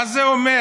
מה זה אומר?